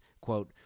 quote